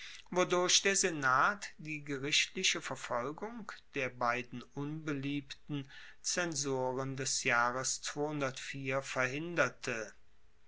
der senat die gerichtliche verfolgung der beiden unbeliebten zensoren des jahres verhinderte